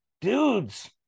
dudes